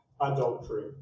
adultery